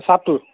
চাৰ্টটোত